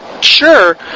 sure